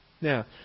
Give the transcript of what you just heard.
Now